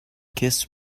kiss